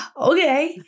okay